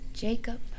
Jacob